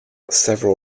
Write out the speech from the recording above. several